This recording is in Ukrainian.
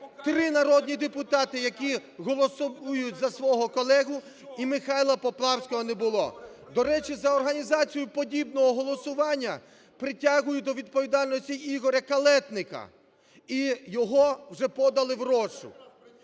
три народні депутати, які голосують за свого колегу. І Михайла Поплавського не було. До речі, за організацію подібного голосування притягують до відповідальності Ігоря Калєтніка, і його вже подали в розшук.